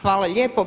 Hvala lijepo.